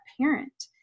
parent